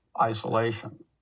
isolation